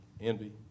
Envy